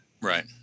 Right